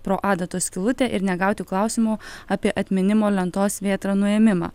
pro adatos skylutę ir negauti klausimo apie atminimo lentos vėtra nuėmimą